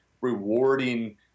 rewarding